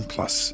Plus